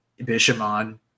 Bishamon